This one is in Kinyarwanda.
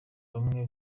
bamwe